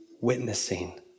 witnessing